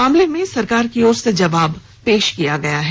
मामले में सरकार की ओर से जवाब पेश किया गया है